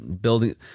building